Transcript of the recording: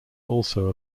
also